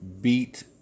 beat